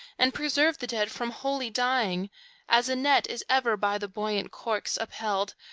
and preserve the dead from wholly dying as a net is ever by the buoyant corks upheld,